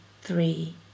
three